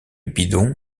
bidon